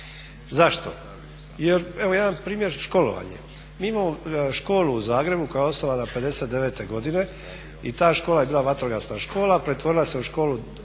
Zašto, jer evo jedan primjer školovanje. Mi imamo školu u Zagrebu koja je osnovana '59. godine i ta škola je bila vatrogasna škola, pretvorila se u školu